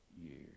years